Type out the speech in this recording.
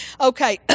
Okay